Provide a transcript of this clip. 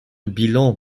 bilan